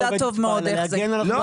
אני יודעת טוב מאוד איך זה ברשויות.